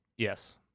Yes